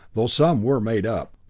though some were made up.